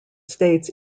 states